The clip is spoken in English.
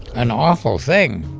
an awful thing